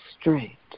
straight